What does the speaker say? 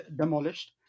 demolished